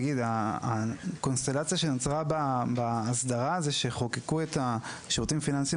הקונסטלציה שנוצרה בהסדרה היא שחוקקו את שירותים פיננסיים